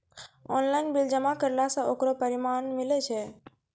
Online bill जमा करला से ओकरौ परमान मिलै छै?